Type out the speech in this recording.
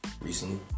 recently